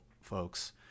folks